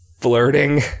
flirting